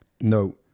No